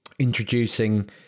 Introducing